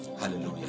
Hallelujah